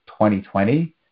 2020